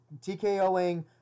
TKOing